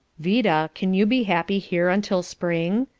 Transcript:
vida, can you be happy here until spring?